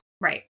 Right